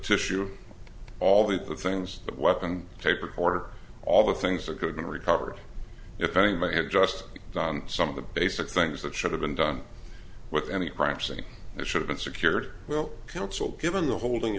tissue all the things that weapon tape recorder all the things that could been recovered if anyone had just done some of the basic things that should have been done with any practicing it should've been secured well counsel given the holding